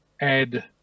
add